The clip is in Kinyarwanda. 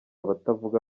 abatavuga